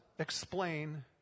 Explain